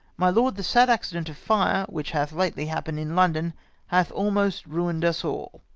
my lord, the sad accident of fire which hath lately hap pened in london hath almost ruined us all.